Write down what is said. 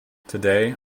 today